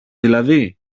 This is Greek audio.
δηλαδή